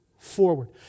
forward